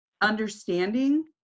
understanding